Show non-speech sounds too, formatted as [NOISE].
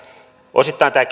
osittain tämä [UNINTELLIGIBLE]